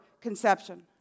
conception